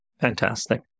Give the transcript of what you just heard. Fantastic